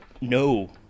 no